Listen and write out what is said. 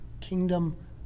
kingdom